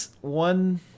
one